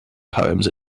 poems